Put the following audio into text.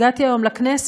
הגעתי היום לכנסת,